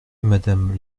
madame